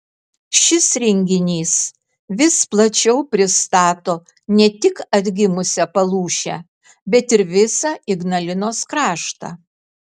šis renginys vis plačiau pristato ne tik atgimusią palūšę bet ir visą ignalinos kraštą